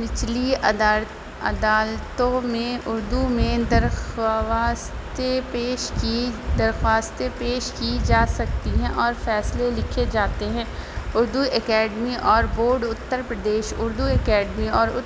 نچلی عدالت عدالتوں میں اردو میں درخواستیں پیش کی درخواستیں پیش کی جا سکتی ہیں اور فیصلے لکھے جاتے ہیں اردو اکیڈمی اور بورڈ اتر پردیش اردو اکیڈمی اور